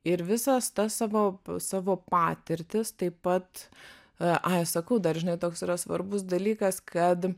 ir visas tas savo savo patirtis taip pat ai sakau dar žinai toks yra svarbus dalykas kad